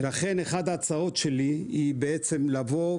לכן אחת ההצעות שלי היא שכמו